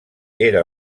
era